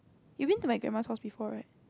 you been to my grandma's house before right